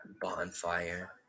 Bonfire